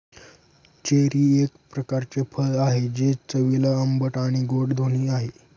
cherry एक प्रकारचे फळ आहे, ते चवीला आंबट आणि गोड दोन्ही आहे